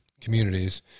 communities